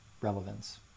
Relevance